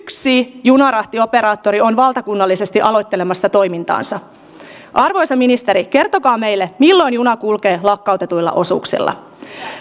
yksi junarahtioperaattori on valtakunnallisesti aloittelemassa toimintaansa arvoisa ministeri kertokaa meille milloin juna kulkee lakkautetuilla osuuksilla